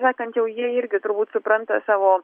sakant jau jie irgi turbūt supranta savo